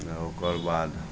ओकर बाद